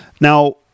Now